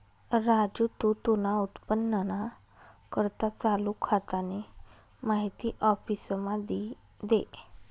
राजू तू तुना उत्पन्नना करता चालू खातानी माहिती आफिसमा दी दे